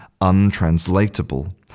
untranslatable